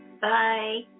Bye